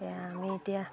এতিয়া আমি এতিয়া